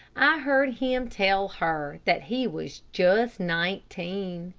i heard him tell her that he was just nineteen.